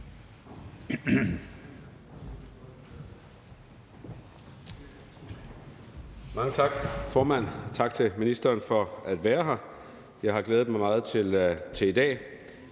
Mange tak, formand. Tak til ministeren for at være her. Jeg har glædet mig meget til i dag.